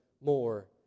more